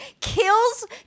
kills